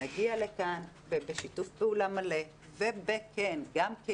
נגיע לכאן ונפעל בשיתוף פעולה מלא וגם בכלים